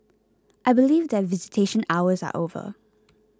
I believe that visitation hours are over